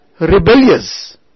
rebellious